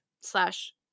slash